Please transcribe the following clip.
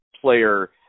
player